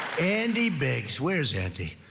andy bigs, where's andy?